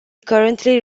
currently